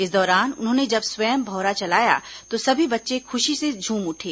इस दौरान उन्होंने जब स्वयं भौंरा चलाया तो सभी बच्चे खुशी से झूम उठे